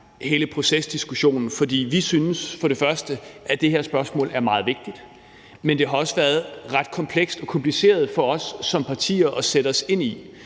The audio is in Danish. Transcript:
hele procesdiskussionen, for vi synes for det første, at det her spørgsmål er meget vigtigt, men det har for det andet også været ret komplekst og kompliceret for os som partier at sætte os ind i,